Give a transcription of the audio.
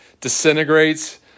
disintegrates